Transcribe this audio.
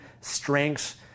strengths